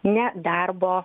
ne darbo